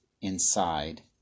inside